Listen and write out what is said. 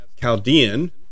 Chaldean